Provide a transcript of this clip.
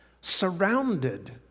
surrounded